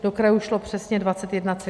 Do krajů šlo přesně 21,6.